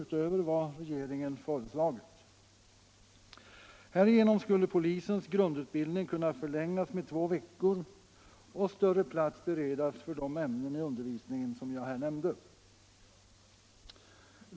utöver vad regeringen har föreslagit. Härigenom skulle polisens grundutbildning kunna förlängas med två veckor och större plats beredas för de ämnen i undervisningen som jag här nämnde.